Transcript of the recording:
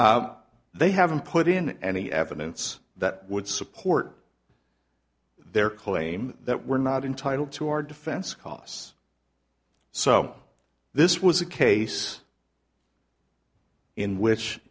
way they haven't put in any evidence that would support their claim that we're not entitle to our defense costs so this was a case in which